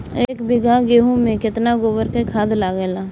एक बीगहा गेहूं में केतना गोबर के खाद लागेला?